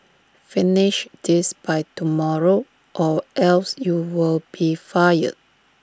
finish this by tomorrow or else you'll be fired